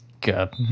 God